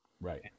Right